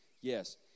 Yes